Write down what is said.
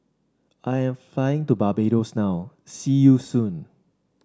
I am flying to Barbados now see you soon